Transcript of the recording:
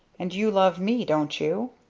and you love me, don't you?